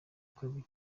kabiri